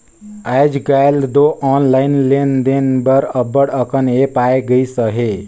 आएज काएल दो ऑनलाईन लेन देन बर अब्बड़ अकन ऐप आए गइस अहे